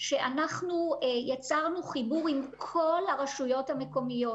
יצרנו חיבור לכל הרשויות המקומיות,